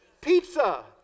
Pizza